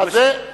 עכשיו זה, זה,